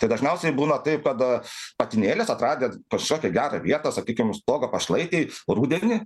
tai dažniausiai būna taip kad patinėlis atradęs kažkokią gerą vietą sakykim už stogo pašlaitėj rudenį